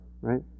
right